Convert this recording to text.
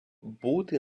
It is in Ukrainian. бути